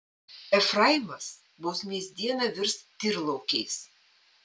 efraimas bausmės dieną virs tyrlaukiais